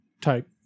type